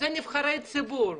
אלה נבחרי ציבור.